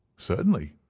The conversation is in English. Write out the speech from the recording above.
certainly,